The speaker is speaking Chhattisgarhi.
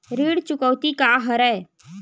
ऋण चुकौती का हरय?